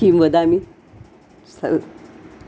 किं वदामि सर्वम्